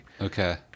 Okay